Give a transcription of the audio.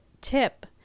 tip